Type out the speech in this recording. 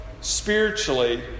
spiritually